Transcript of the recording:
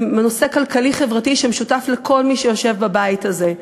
זה נושא כלכלי-חברתי שמשותף לכל מי שיושב בבית הזה.